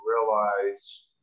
realize